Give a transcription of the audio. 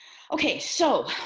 okay. so